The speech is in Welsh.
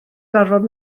gorfod